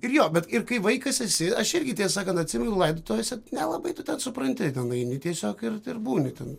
ir jo bet kai vaikas esi aš irgi ties sakant atsimenu laidotuvėse nelabai tu ten supranti ten eini tiesiog ir būni ten